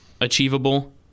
achievable